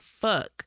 fuck